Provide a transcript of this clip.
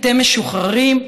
אתם משוחררים,